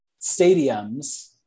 stadiums